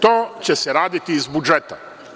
To će se raditi iz budžeta.